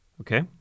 Okay